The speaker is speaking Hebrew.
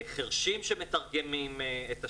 חירשים שמתרגמים את השידורים,